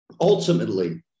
Ultimately